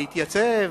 להתייצב,